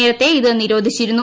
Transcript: നേരത്തെ ഇത് നിരോധിച്ചിരുന്നു